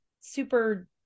super